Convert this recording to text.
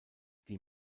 die